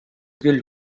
küll